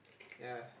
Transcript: ya